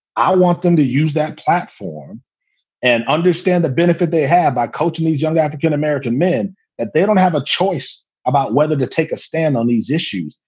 i want them to use that platform and understand the benefit they had by coaching these young african-american men that they don't have a choice about whether to take a stand on these issues.